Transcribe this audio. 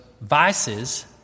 vices